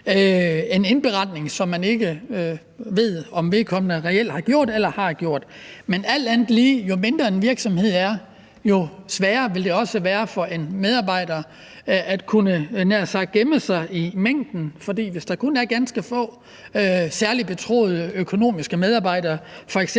en indberetning, som man ikke ved om vedkommende reelt har foretaget eller ej. Men jo mindre en virksomhed er, jo sværere vil det også, alt andet lige, være for en medarbejder at kunne, jeg havde nær sagt gemme sig i mængden. For hvis der kun er ganske få særlig betroede økonomiske medarbejdere, f.eks.